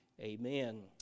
amen